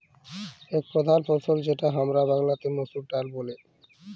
এক প্রধাল ফসল যেটা হামরা বাংলাতে মসুর ডালে বুঝি